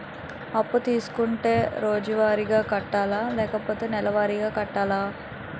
అప్పు తీసుకుంటే రోజువారిగా కట్టాలా? లేకపోతే నెలవారీగా కట్టాలా?